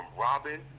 Robin